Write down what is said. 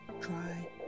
try